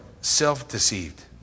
self-deceived